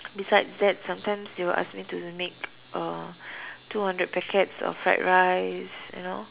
besides that sometimes they will ask me to make uh two hundred packets of fried rice you know